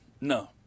No